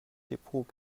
depot